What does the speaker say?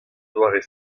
doare